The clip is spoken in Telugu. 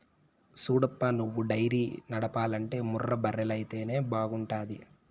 సూడప్పా నువ్వు డైరీ నడపాలంటే ముర్రా బర్రెలైతేనే బాగుంటాది